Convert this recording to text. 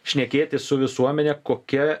šnekėtis su visuomene kokia